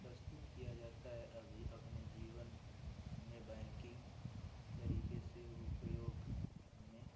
प्रस्तुत किया जाता है अभी अपने जीवन में बैंकिंग तरीके से उपयोग में